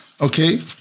Okay